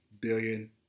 billion